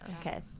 okay